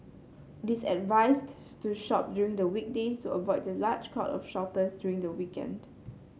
it is advised to shop during the weekdays to avoid the large crowd of shoppers during the weekend